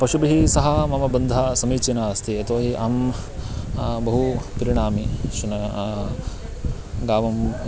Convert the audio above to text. पशुभिः सह मम बन्धः समीचीना अस्ति यतोहि अहं बहु प्रीणामि शुनकः गावं